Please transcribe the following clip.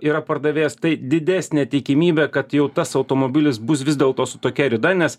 yra pardavėjas tai didesnė tikimybė kad jau tas automobilis bus vis dėl to su tokia rida nes